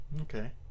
Okay